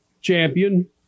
champion